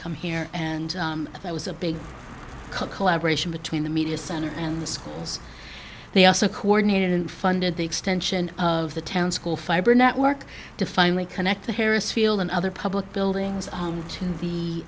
come here and that was a big collaboration between the media center and the schools they also coordinated and funded the extension of the town's school fiber network to finally connect the harris field and other public buildings